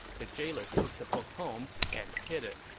the jailer took the book home and hid it